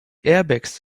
airbags